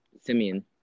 Simeon